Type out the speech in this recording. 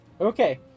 Okay